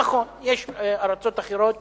נכון, יש ארצות אחרות